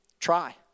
try